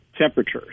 temperatures